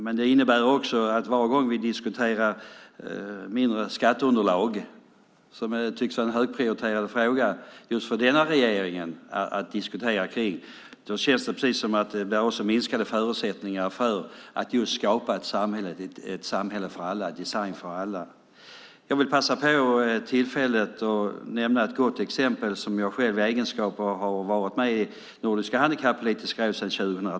Men det innebär också att varje gång som vi diskuterar mindre skatteunderlag, som tycks vara en högprioriterad fråga just för denna regering att diskutera, känns det precis som om det också finns minskade förutsättningar att skapa ett samhälle för alla. Jag vill passa på tillfället att nämna ett gott exempel. Jag har varit med i Nordiska Handikappolitiska Rådet sedan 2003.